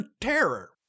terror